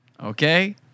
Okay